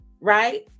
right